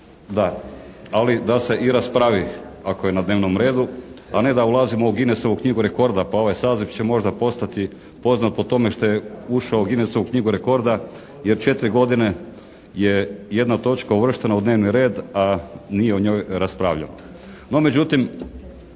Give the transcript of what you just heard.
Da, ali da se i raspravi ako je na dnevnom redu, a ne da ulazimo u Guinessovu knjigu rekorda. Pa ovaj saziv će možda postati poznat po tome što je ušao u Guinessovu knjigu rekorda jer 4 godine je jedna točka uvrštena u dnevni red, a nije o njoj raspravljano.